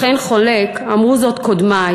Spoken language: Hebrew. אך אין חולק, אמרו זאת קודמי,